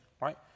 right